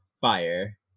fire